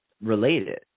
related